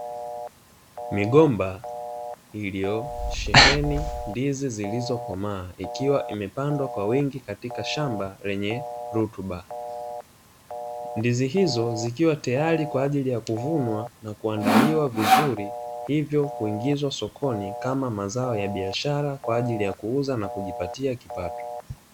Migomba iliyosheheni ndizi zilizokomaa ikiwa imepandwa kwa wingi katika shamba lenye rutuba. Ndizi hizo zikiwa tayari kwa ajili ya kuvunwa na kuandaliwa vizuri hivyo kuingizwa sokoni kama mazao ya biashara kwa ajili ya kuuza na kujipatia kipato.